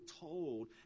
told